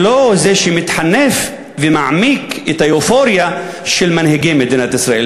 ולא זה שמתחנף ומעמיק את האופוריה של מנהיגי מדינת ישראל.